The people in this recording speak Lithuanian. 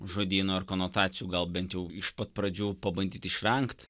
žodyno ar konotacijų gal bent jau iš pat pradžių pabandyt išvengt